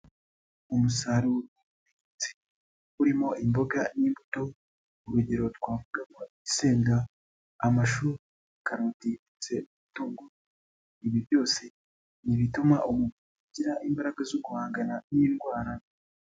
Umusaruro w'ubuhinzi urimo imboga n'imbuto, urugero twavuga isenda, amashu, karoti, ndetse n'ibitunguru, ibi byose ni ibituma umuntu agira imbaraga zo guhangana n'indwara.